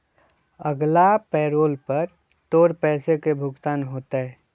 अगला पैरोल पर तोर पैसे के भुगतान होतय